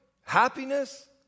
happiness